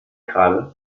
gerade